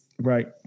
right